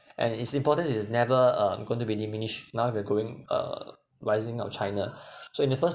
and its importance it is never um going to be diminished now we have growing err rising of china so in the first